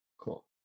Cool